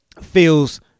feels